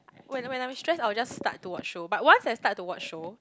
when I when I am stress I will just start to watch show but once I start to watch show